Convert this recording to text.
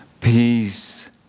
peace